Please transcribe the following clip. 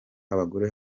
abagore